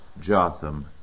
Jotham